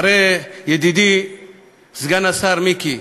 ידידי סגן השר מיקי,